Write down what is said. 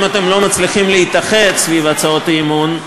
אם אתם לא מצליחים להתאחד סביב הצעות האי-אמון,